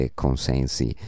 consensi